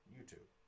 YouTube